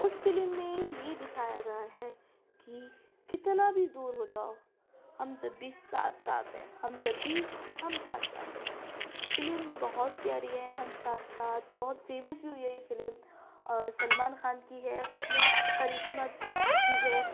اس film میں یہ دکھایا گیا ہے کہ کتنا بھی دور ہو جاؤ ہم جب بھی ساتھ ساتھ ہیں ہم جب بھی ہم ساتھ ساتھ ہیں فلم بہت پیاری ہے ہم ساتھ ساتھ بہت فیمس ہوئی ہے یہ فلم اور سلمان خان کی ہے اس میں کرشمہ بھی ہے